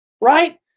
right